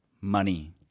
money